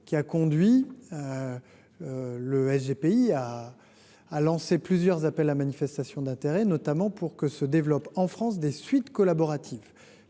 avait lancé plusieurs appels à manifestation d’intérêt, notamment pour que se développent en France des suites collaboratives.